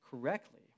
correctly